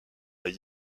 avec